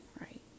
right